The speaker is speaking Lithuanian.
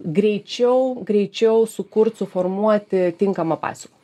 greičiau greičiau sukurt suformuoti tinkamą pasiūlą